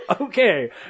okay